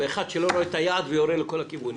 זה אחד שלא רואה את היעד ויורה לכל הכיוונים.